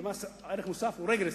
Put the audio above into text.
ומס ערך מוסף הוא רגרסיבי.